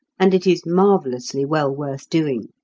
and it is marvellously well worth doing.